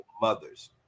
mothers